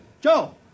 Joe